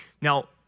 Now